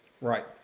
Right